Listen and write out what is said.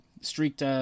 streaked